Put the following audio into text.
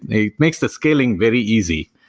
it makes the scaling very easy,